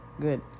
good